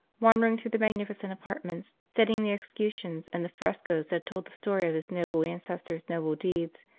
wander ing through the magnificent apartments, studying the escutcheons and the frescoes that told the story of his noble ancestors noble deeds,